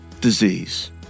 disease